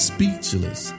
Speechless